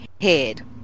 head